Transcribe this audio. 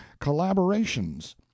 collaborations